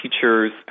teachers